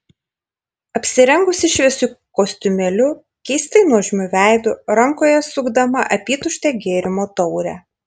apsirengusi šviesiu kostiumėliu keistai nuožmiu veidu rankoje sukdama apytuštę gėrimo taurę